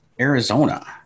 Arizona